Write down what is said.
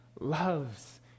loves